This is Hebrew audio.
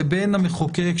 לבין המחוקק,